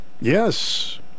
Yes